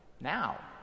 now